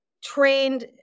trained